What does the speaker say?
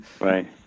right